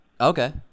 Okay